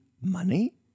money